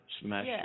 Smash